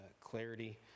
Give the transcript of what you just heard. clarity